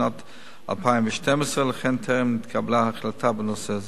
שנת 2012 ולכן טרם נתקבלה החלטה בנושא זה.